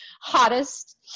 hottest